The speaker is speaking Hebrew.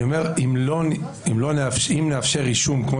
אני אומר שאם נאפשר רישום רק